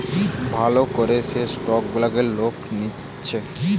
ভাল করে যে স্টক গুলাকে লোক নিতেছে